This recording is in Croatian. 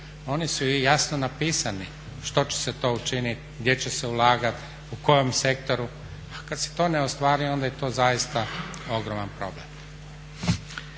oni su i jasno napisani što će se to učiniti, gdje će se ulagati u kojem sektoru. A kada se to ne ostvari onda je to zaista ogroman problem.